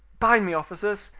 bind me, officers!